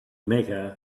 mecca